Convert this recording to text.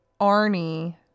Arnie